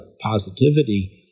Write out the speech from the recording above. positivity